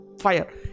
fire